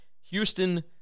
Houston